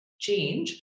change